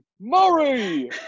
Murray